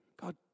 God